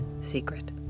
secret